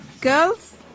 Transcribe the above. girls